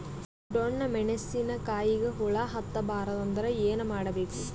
ಡೊಣ್ಣ ಮೆಣಸಿನ ಕಾಯಿಗ ಹುಳ ಹತ್ತ ಬಾರದು ಅಂದರ ಏನ ಮಾಡಬೇಕು?